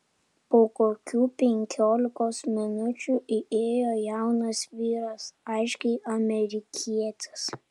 po kokių penkiolikos minučių įėjo jaunas vyras aiškiai amerikietis